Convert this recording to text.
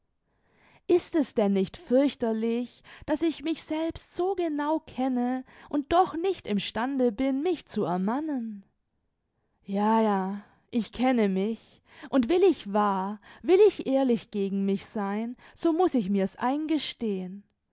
ist es denn nicht fürchterlich daß ich mich selbst so genau kenne und doch nicht im stande bin mich zu ermannen ja ja ich kenne mich und will ich wahr will ich ehrlich gegen mich sein so muß ich mir's eingestehen